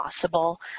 possible